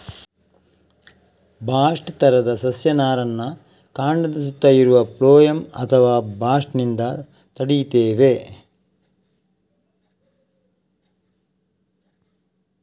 bast ತರದ ಸಸ್ಯ ನಾರನ್ನ ಕಾಂಡದ ಸುತ್ತ ಇರುವ ಫ್ಲೋಯಂ ಅಥವಾ ಬಾಸ್ಟ್ ನಿಂದ ಪಡೀತೇವೆ